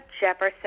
Jefferson